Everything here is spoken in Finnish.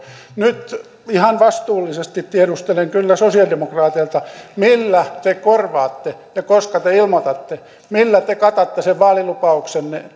nyt ihan vastuullisesti tiedustelen kyllä sosialidemokraateilta millä te korvaatte ja koska te ilmoitatte millä te katatte sen vaalilupauksenne